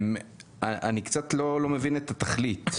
אני קצת לא מבין את התכלית,